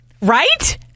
right